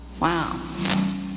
Wow